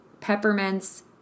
peppermints